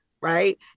Right